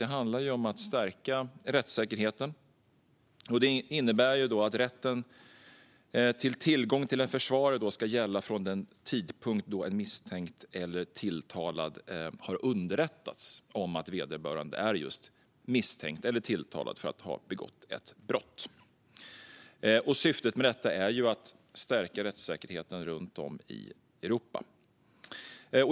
Det handlar om att stärka rättssäkerheten. Det innebär att rätten till tillgång till en försvarare ska gälla från den tidpunkt då en misstänkt eller tilltalad har underrättats om att vederbörande är just misstänkt eller tilltalad för att ha begått ett brott. Syftet med detta är att stärka rättssäkerheten runt om i Europa.